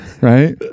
Right